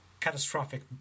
catastrophic